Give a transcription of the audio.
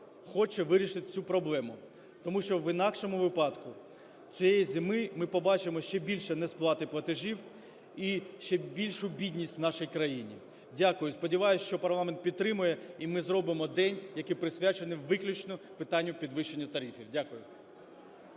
хоче вирішити цю проблему. Тому що в інакшому випадку цієї зими ми побачимо ще більше несплати платежів і ще більшу бідність в нашій країні. Дякую. Сподіваюсь, що парламент підтримає, і ми зробимо день, який присвячений виключно питанню підвищенню тарифів. Дякую.